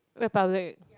republic